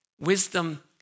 Wisdom